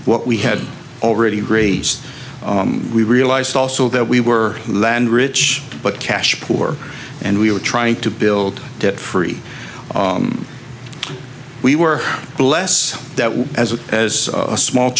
what we had already raised we realized also that we were land rich but cash poor and we were trying to build debt free we were blessed that we as a as a small